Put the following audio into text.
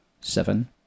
seven